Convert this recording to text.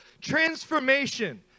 Transformation